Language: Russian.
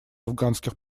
афганских